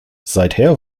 seither